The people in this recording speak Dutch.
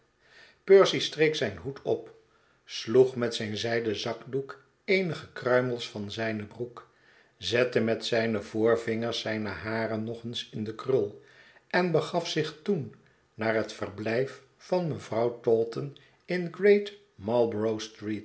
percy streek zijn hoed op sloeg met zijn zijden zakdoek eenige kruimels van zijne broek zette met zijne voorvingers zijne haren nog eens in de krul en begaf zich toen naar het verblij f van me vrouw taunton in great mar